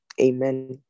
Amen